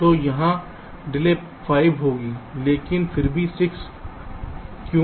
तो यहाँ डिले 5 होगी लेकिन फिर भी 6 क्यों